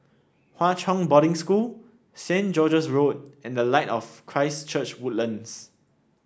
Hwa Chong Boarding School Saint George's Road and the Light of Christ Church Woodlands